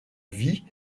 vie